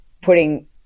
putting